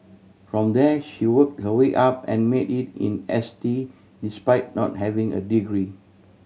from there she worked her way up and made it in S T despite not having a degree